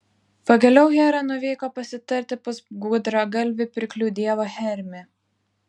pagaliau hera nuvyko pasitarti pas gudragalvį pirklių dievą hermį